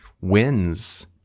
wins